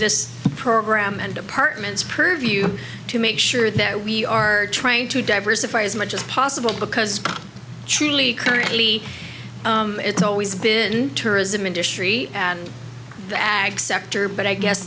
this program and departments purview to make sure that we are trying to diversify as much as possible because truly currently it's always been tourism industry and the ag sector but i guess